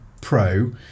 Pro